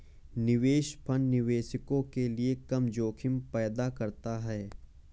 निवेश फंड निवेशकों के लिए कम जोखिम पैदा करते हैं